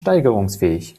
steigerungsfähig